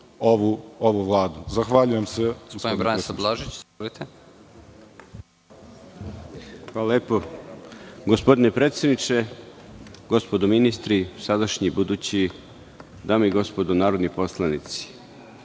ovu vladu. Zahvaljujem se.